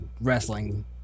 wrestling